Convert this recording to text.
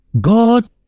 God